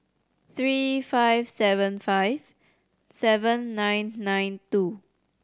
three five seven five seven nine nine two